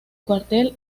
cuartel